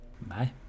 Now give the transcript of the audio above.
Bye